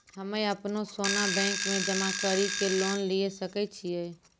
हम्मय अपनो सोना बैंक मे जमा कड़ी के लोन लिये सकय छियै?